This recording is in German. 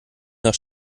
nach